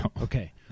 Okay